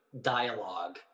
dialogue